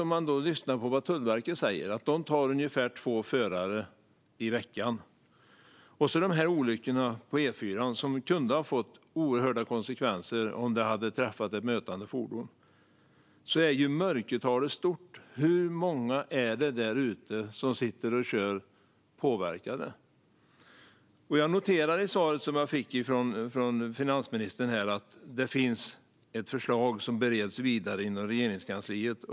Om man lyssnar på vad Tullverket säger vet man att de tar ungefär två förare i veckan, och sedan har vi de här olyckorna på E4:an som kunde ha fått oerhörda konsekvenser om det hade blivit en träff med mötande fordon. Mörkertalet är alltså stort. Hur många är det där ute som sitter och kör påverkade? Jag noterade i svaret från finansministern att det finns ett förslag som bereds vidare inom Regeringskansliet.